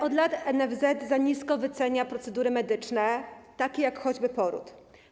Od lat NFZ za nisko wycenia procedury medyczne, takie jak choćby poród.